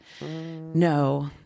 no